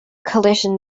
collision